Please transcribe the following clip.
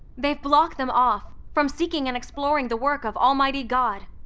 they've blocked them off from seeking and exploring the work of almighty god.